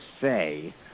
say